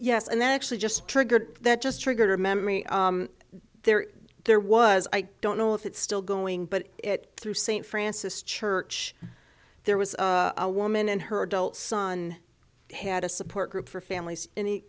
yes and then actually just triggered that just triggered a memory there there was i don't know if it's still going but it through saint francis church there was a woman and her adult son had a support group for families